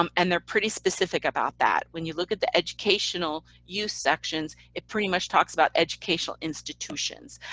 um and they're pretty specific about that when you look at the educational use sections, it pretty much talks about educational institutions.